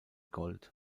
gold